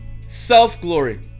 Self-glory